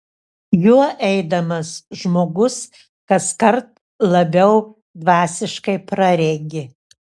juo eidamas žmogus kaskart labiau dvasiškai praregi